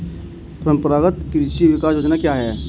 परंपरागत कृषि विकास योजना क्या है?